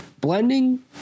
blending